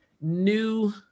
new